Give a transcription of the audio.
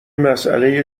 مسئله